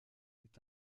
est